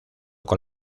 con